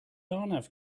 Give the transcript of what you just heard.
arnav